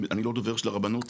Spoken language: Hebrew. אני לא דובר של הרבנות.